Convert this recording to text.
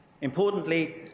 Importantly